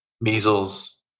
measles